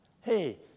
Hey